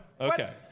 Okay